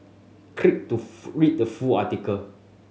click to read the full article